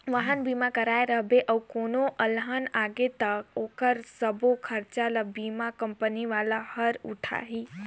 वाहन बीमा कराए रहिबे अउ कोनो अलहन आगे त ओखर सबो खरचा ल बीमा कंपनी वाला हर उठाही